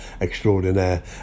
Extraordinaire